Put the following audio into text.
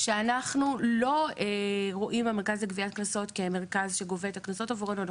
שאנחנו לא רואים במרכז לגביית קנסות כמרכז שגובה את הקנסות עבורנו.